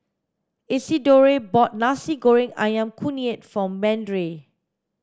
Isidore bought nasi goreng ayam kunyit for Brande